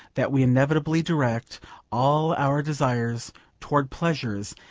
that we inevitably direct all our desires towards pleasures,